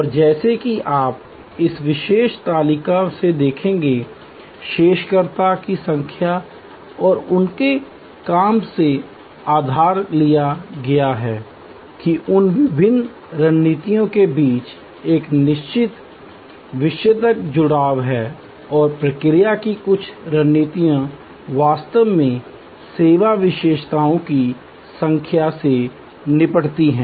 और जैसा कि आप इस विशेष तालिका से देखेंगे शोधकर्ता की संख्या और उनके काम से उधार लिया गया है कि उन विभिन्न रणनीतियों के बीच एक निश्चित विषयगत जुड़ाव है और प्रतिक्रिया की कुछ रणनीतियों वास्तव में सेवा विशेषताओं की संख्या से निपटती हैं